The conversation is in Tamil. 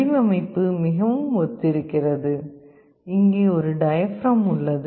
வடிவமைப்பு மிகவும் ஒத்திருக்கிறது இங்கே ஒரு டயப்ரம் உள்ளது